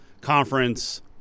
conference